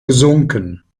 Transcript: gesunken